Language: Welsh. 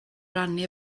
rannu